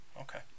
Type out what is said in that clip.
okay